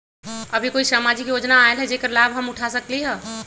अभी कोई सामाजिक योजना आयल है जेकर लाभ हम उठा सकली ह?